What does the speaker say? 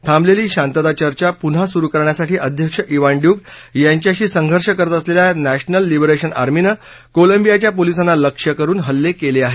थांबलेली शांतीचर्चा पुन्हा सुरु करण्यासाठी अध्यक्ष इवान डयूक यांच्याशी संघर्ष करत असलेल्या नॅशनल लिबरेशन आर्मीनं कोलंबियाच्या पोलिसांना लक्ष्य करुन हल्ले केले आहेत